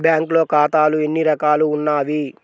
బ్యాంక్లో ఖాతాలు ఎన్ని రకాలు ఉన్నావి?